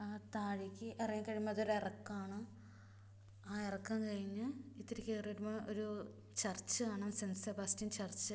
ആ താഴേക്ക് ഇറങ്ങിക്കഴിയുമ്പോള് അതൊരിറക്കമാണ് ആ ഇറക്കം കഴിഞ്ഞ് ഇത്തിരി കയറി വരുമ്പോള് ഒരു ചർച്ച് കാണാം സെൻറ്റ് സെബാസ്റ്റ്യൻ ചർച്ച്